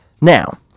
now